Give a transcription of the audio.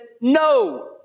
No